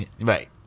Right